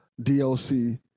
DLC